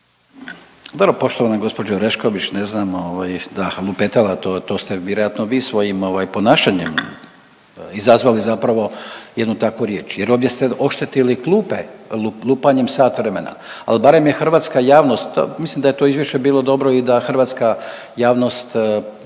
Dobro poštovana gospođo Orešković ne znam ovaj da lupetala to, to ste vjerojatno vi svojim ovaj ponašanjem izazvali zapravo jednu takvu riječ jer ovdje ste oštetili klupe lupanjem sat vremena, al barem je hrvatska javnost, mislim da je to izvješće bilo dobro i da hrvatska javnost